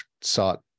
sought